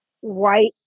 white